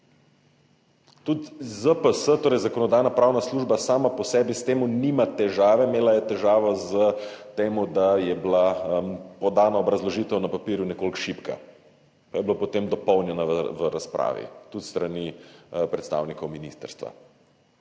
Tudi ZPS, torej Zakonodajno-pravna služba sama po sebi s tem nima težave. Imela je težavo s tem, da je bila podana obrazložitev na papirju nekoliko šibka, pa je bila potem dopolnjena v razpravi tudi s strani predstavnikov ministrstva.